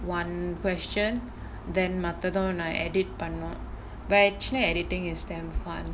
one question then மத்தது நா:mathathu naa edit பண்ணுவ:pannuva by actually editing is damn fun